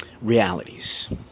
realities